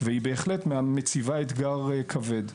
והיא בהחלט מציבה אתגר כבד.